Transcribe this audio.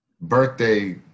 birthday